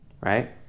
right